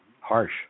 harsh